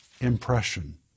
impression